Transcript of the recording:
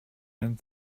and